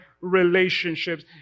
relationships